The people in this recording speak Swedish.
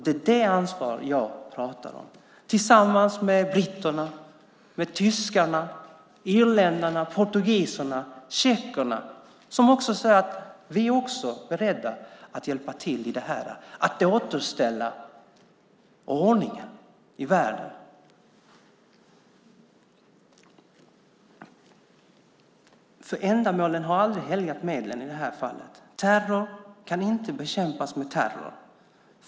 Det är det ansvar jag pratar om - tillsammans med britterna, tyskarna, irländarna, portugiserna och tjeckerna, som säger: Vi är beredda att hjälpa till att återställa ordningen i världen! Ändamålen har aldrig helgat medlen i det här fallet. Terror kan inte bekämpas med terror.